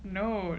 no